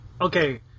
Okay